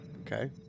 Okay